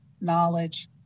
knowledge